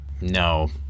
No